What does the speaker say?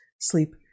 sleep